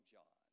John